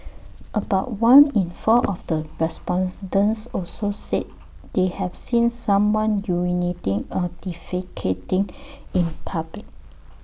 about one in four of the response dents also said they have seen someone urinating or defecating in public